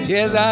Yes